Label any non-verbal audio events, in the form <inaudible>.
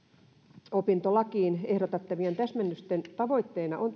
ulkomaanopintolakiin ehdotettavien täsmennysten tavoitteena on <unintelligible>